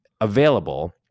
available